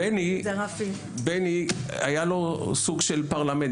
בני היה לו סוג של פרלמנט,